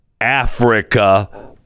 africa